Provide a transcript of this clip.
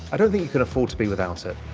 i don't think you can afford to be without it.